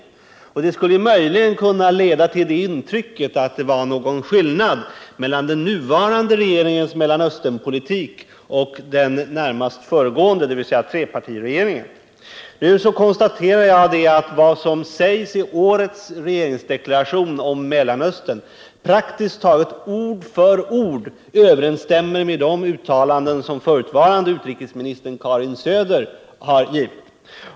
Det uttalandet skulle möjligen kunna ge intryck av att det var någon skillnad mellan den nuvarande regeringens Mellanösternpolitik och den politik som fördes av den närmast föregående, dvs. trepartiregeringen. Låt mig då konstatera att vad som sägs i årets regeringsdeklaration om Mellanöstern praktiskt taget ord för ord överensstämmer med de uttalanden som den förutvarande utrikesministern Karin Söder har gjort.